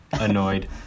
annoyed